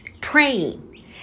praying